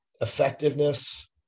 effectiveness